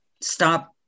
Stop